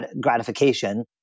gratification